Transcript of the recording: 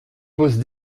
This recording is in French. pose